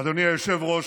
אדוני היושב-ראש,